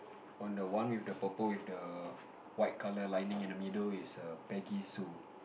one the one with the purple with the white color lining in the middle is the baggy sue